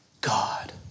God